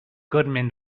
goodman